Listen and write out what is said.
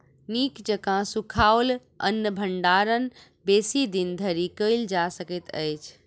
नीक जकाँ सुखाओल अन्नक भंडारण बेसी दिन धरि कयल जा सकैत अछि